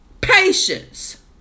Patience